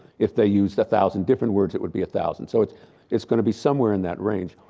if they used a thousand different words, it would be a thousand, so it's it's going to be somewhere in that range.